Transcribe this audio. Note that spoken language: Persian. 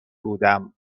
بودم